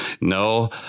No